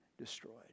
destroyed